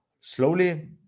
slowly